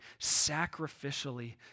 sacrificially